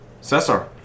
Cesar